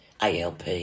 ALP